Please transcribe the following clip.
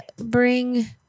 bring